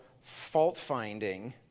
fault-finding